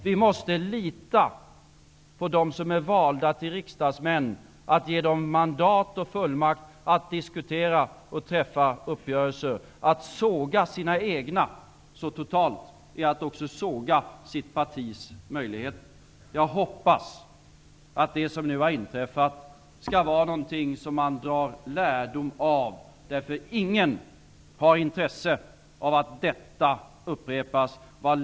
Vi måste lita på dem som är valda till riksdagsmän och ge dem mandat och fullmakt att diskutera och träffa uppgörelser. Att såga sina egna så totalt innebär att man också sågar sitt partis möjligheter. Jag hoppas att man drar lärdom av det som nu har inträffat. Ingen har intresse av att detta upprepas.